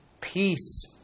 peace